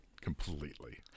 Completely